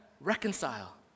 reconcile